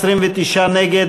29 נגד,